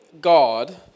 God